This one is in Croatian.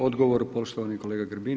Odgovor poštovani kolega Grbin.